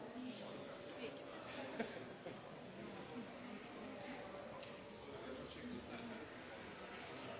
så gikk han